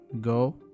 Go